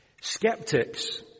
skeptics